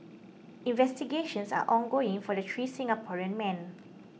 investigations are ongoing for the three Singaporean men